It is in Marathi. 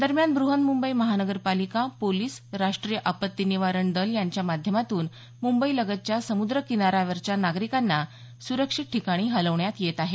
दरम्यान ब्रहन्मुंबई महानगरपालिका पोलीस राष्ट्रीय आपत्ती निवारण दल यांच्या माध्यमातून मुंबई लगतच्या समुद्र किनाऱ्यावरच्या नागरिकांना सुरक्षित ठिकाणी हलवण्यात येत आहे